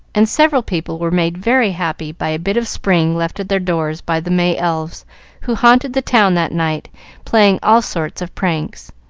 and several people were made very happy by a bit of spring left at their doors by the may elves who haunted the town that night playing all sorts of pranks.